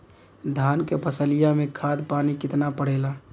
धान क फसलिया मे खाद पानी कितना पड़े ला?